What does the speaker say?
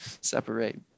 separate